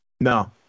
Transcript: No